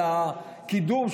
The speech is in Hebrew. על הקידום,